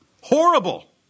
horrible